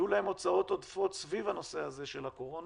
יהיו להם הוצאות עודפות סביב הנושא הזה של הקורונה.